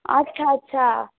আচ্ছা আচ্ছা